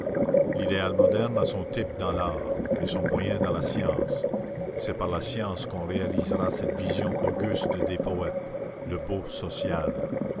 l'idéal moderne a son type dans l'art et son moyen dans la science c'est par la science qu'on réalisera cette vision auguste des poètes le beau social